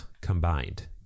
combined